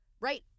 right